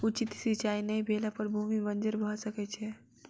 उचित सिचाई नै भेला पर भूमि बंजर भअ सकै छै